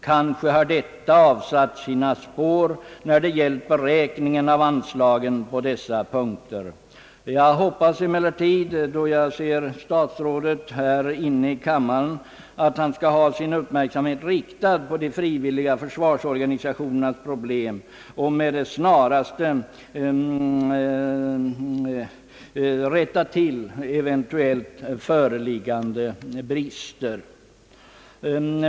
Kanske har detta avsatt sina spår när det gäller beräkningen av anslagen på dessa punkter. Jag hoppas emellertid — då jag ser statsrådet här inne i kammaren — att han skall ha sin uppmärksamhet riktad på de frivilliga försvarsorganisationernas problem och. med det snaraste rätta till eventuellt föreliggande brister.